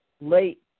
late